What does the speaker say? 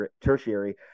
tertiary